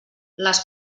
les